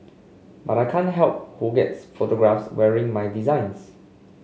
but I can't help who gets photographed wearing my designs